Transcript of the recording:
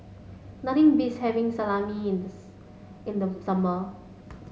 nothing beats having Salami in the in the summer